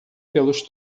pelos